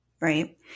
right